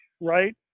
Right